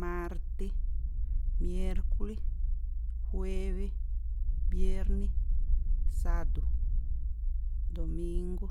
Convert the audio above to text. mártí, miérkulí, juéví, viérní, sádu̱, domíngú.